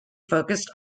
focused